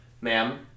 ma'am